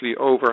over